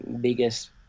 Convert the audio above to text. biggest